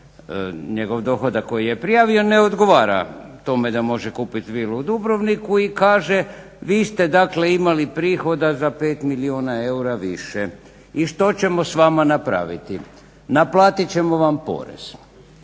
njegov dohodak koji je prijavio ne odgovara tome da može kupit vilu u Dubrovniku i kaže vi ste dakle imali prihoda za 5 milijuna eura više. I što ćemo s vama napraviti? Naplatit ćemo vam porez.